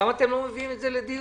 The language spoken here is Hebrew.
למה אתם לא מביאים את זה לדיון?